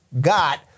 got